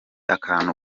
akantu